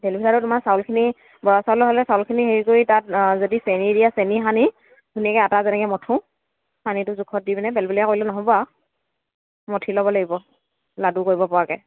তেলপিঠাটো তোমাৰ চাউলখিনি বৰা চাউলৰ হ'লে চাউলখিনি হেৰি কৰি তাত যদি চেনি দিয়া চেনি সানি ধুনীয়াকৈ আটা যেনেকৈ মথো পানীটো জোখত দি পিনে পেলপেলীয়া কৰিলে নহ'ব আৰু মঠি ল'ব লাগিব লাডু কৰিব পৰাকৈ